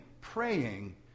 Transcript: praying